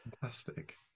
fantastic